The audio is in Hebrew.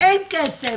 אין כסף.